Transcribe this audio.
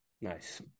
nice